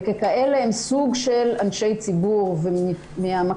ככאלה הם סוג של אנשי ציבור ומהמקום